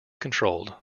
controlled